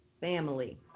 family